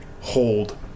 hold